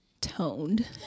toned